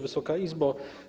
Wysoka Izbo!